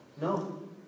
No